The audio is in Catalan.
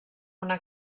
una